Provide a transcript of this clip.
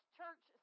church